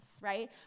right